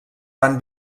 van